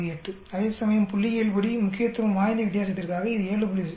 48 அதேசமயம் புள்ளிஇயல்படி முக்கியத்துவம் வாய்ந்த வித்தியாசத்திற்காக இது 7